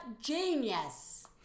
genius